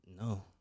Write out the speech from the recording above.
no